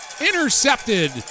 Intercepted